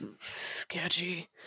sketchy